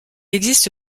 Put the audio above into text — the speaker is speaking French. existe